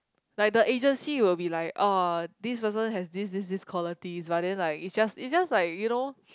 like the agency will be like oh this person have this this this quality but then like it just it just like you know